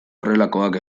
horrelakoak